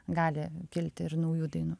gali kilti ir naujų dainų